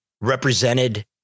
represented